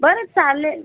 बरं चालेल